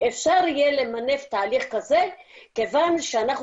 אפשר יהיה למנף תהליך כזה כיוון שאנחנו